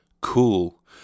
Cool